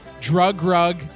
drug-rug